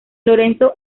lorenzo